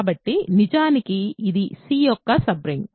కాబట్టి నిజానికి ఇది C యొక్క సబ్ రింగ్